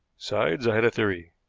besides, i had a theory.